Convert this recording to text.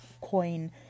coin